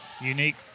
Unique